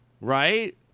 right